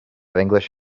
english